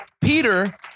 Peter